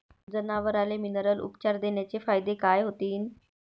जनावराले मिनरल उपचार देण्याचे फायदे काय होतीन?